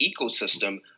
ecosystem